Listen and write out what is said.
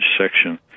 section